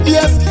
Yes